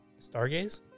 Stargaze